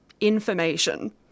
information